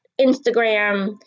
Instagram